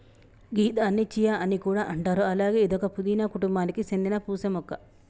గిదాన్ని చియా అని కూడా అంటారు అలాగే ఇదొక పూదీన కుటుంబానికి సేందిన పూసే మొక్క